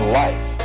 life